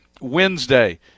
Wednesday